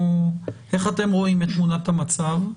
איך אתם רואים את תמונת המצב?